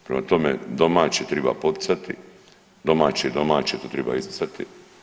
Prema tome, domaće triba poticati, domaće je domaće to triba isticati.